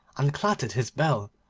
and clattered his bell,